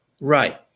Right